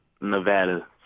Nevada